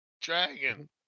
Dragon